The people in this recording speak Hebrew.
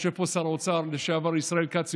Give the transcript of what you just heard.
יושב פה שר האוצר לשעבר ישראל כץ.